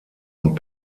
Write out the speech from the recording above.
und